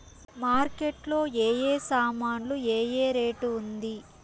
Market లో ఏ ఏ సామాన్లు ఏ ఏ రేటు ఉంది?